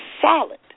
solid